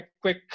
quick